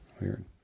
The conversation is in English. Weird